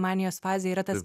manijos fazė yra tas